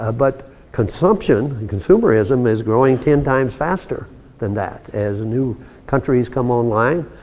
ah but consumption, and consumerism is growing ten times faster than that. as new countries come online,